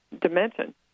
dimension